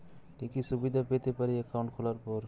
কি কি সুবিধে পেতে পারি একাউন্ট খোলার পর?